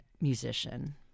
musician